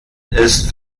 ist